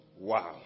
Wow